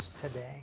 today